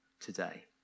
today